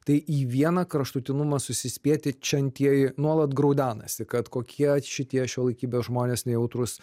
tai į vieną kraštutinumą susispėtičiantieji nuolat graudenasi kad kokie šitie šiuolaikybės žmonės nejautrūs